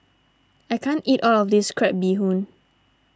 I can't eat all of this Crab Bee Hoon